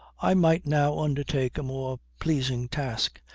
i might now undertake a more pleasing task,